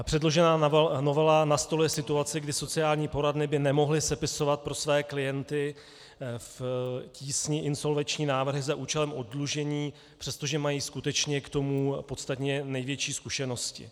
Předložená novela nastoluje situaci, kdy sociální poradny by nemohly sepisovat pro své klienty v tísni insolvenční návrhy za účelem oddlužení, přestože mají skutečně k tomu největší zkušenosti.